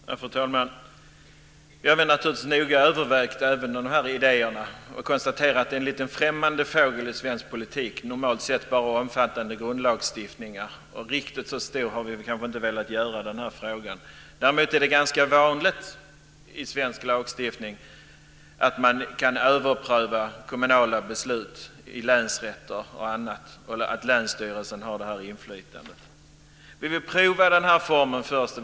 Fru talman! Vi har naturligtvis noga övervägt även de här idéerna och konstaterat att det är en liten främmande fågel i svensk politik, normalt sett bara omfattande grundlagstiftningar, och riktigt så stor har vi inte velat göra den här frågan. Däremot är det ganska vanligt att man enligt svensk lagstiftning kan överpröva kommunala beslut i länsrätter och annat och att länsstyrelserna har det här inflytandet. Vi vill prova den här formen först.